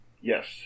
yes